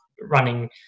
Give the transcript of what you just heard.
running